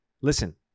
Listen